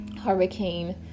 hurricane